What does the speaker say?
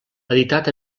editat